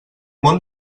món